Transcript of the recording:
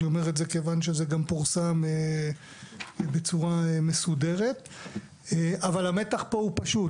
אני אומר את זה כיוון שזה גם פורסם בצורה מסודרת אבל המתח פה פשוט,